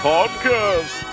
Podcast